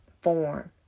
form